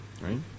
Right